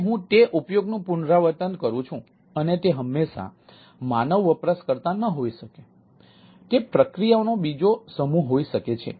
પછી હું તે ઉપયોગનું પુનરાવર્તન કરું છું અને તે હંમેશાં માનવ વપરાશકર્તા ન હોઈ શકે તે પ્રક્રિયાઓનો બીજો સમૂહ હોઈ શકે છે